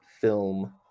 film